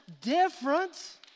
difference